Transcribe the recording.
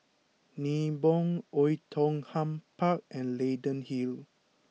Nibong Oei Tiong Ham Park and Leyden Hill